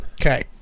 Okay